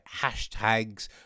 hashtags